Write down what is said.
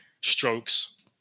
strokes